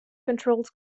controls